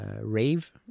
rave